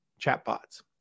chatbots